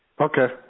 Okay